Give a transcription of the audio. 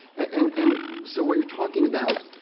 and and so what you're talking about,